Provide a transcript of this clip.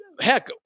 heck